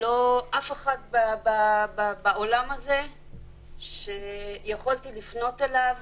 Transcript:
אף אחד בעולם הזה שיכולתי לפנות אליו